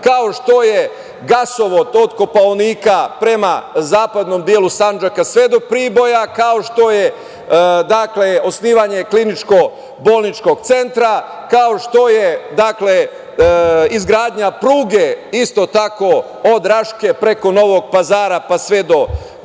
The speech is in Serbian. kao što je gasovod od Kopaonika, prema zapadnom delu Sandžaka sve do Pribora, kao što je osnivanje Kliničko-bolničkog centra, kao što izgradnja pruge isto tako od Raške preko Novog Pazara, pa sve do